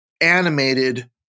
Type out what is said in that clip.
animated